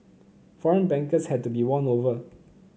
foreign bankers had to be won over